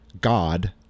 God